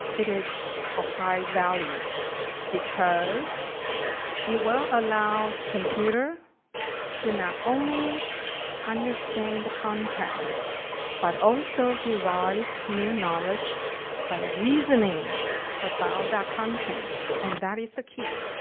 it is of high value because you were allowed computer to not only understand the content but also derive knew knowledge about reasoning about that content. and, that is the key.